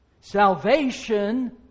Salvation